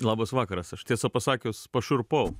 labas vakaras aš tiesą pasakius pašiurpau